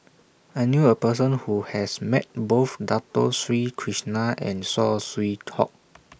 I knew A Person Who has Met Both Dato Sri Krishna and Saw Swee Hock